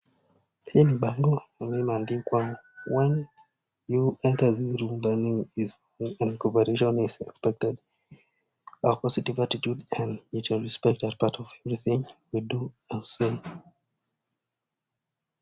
Hii ni bango ambayo imeandikwa, When you enter this room learning is fun and cooperation is expected, our positive attitude and mutual respect are part of everything we do and say.